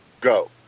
go